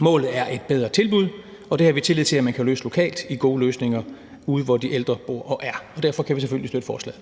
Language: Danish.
Målet er et bedre tilbud, og det har vi tillid til at man kan løse lokalt i gode løsninger derude, hvor de ældre bor og er, og derfor kan vi selvfølgelig støtte forslaget.